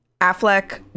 Affleck